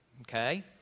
Okay